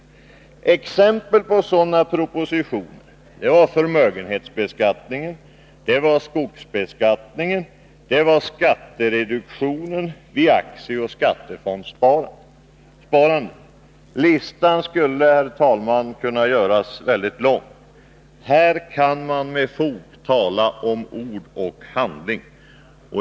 Exempel på sådana propositioner är de som gällde förmögenhetsbeskattningen, skogsbeskattningen och skattereduktionen vid aktieoch skattefondssparande. Listan skulle kunna göras lång, herr talman. Här kan man med fog tala om ord och handling.